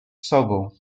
sobą